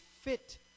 fit